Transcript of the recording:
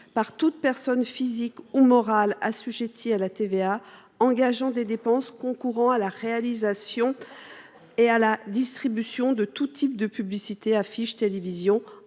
par toute personne physique ou morale assujettie à la TVA, qui engage des dépenses concourant à la réalisation et la distribution de tout type de publicité – affiche, télévision,